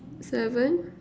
seven